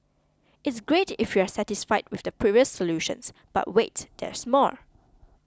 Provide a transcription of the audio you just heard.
it's great if you're satisfied with the previous solutions but wait there's more